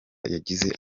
yagize